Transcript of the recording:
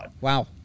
Wow